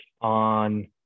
on